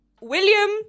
William